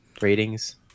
ratings